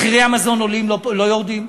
מחירי המזון עולים, לא יורדים,